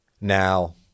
Now